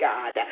God